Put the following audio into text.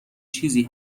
چیزی